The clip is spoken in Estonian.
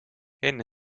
enne